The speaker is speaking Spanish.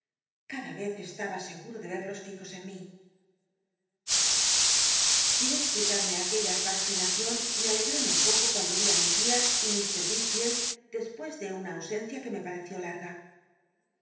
cada vez estaba seguro de verlos fijos en mí sin explicatme aquella fascinaeion me alcgó no poco cuando vi mi tia y iir wieklicld despues de una ausencia que me pareció larga